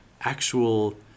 actual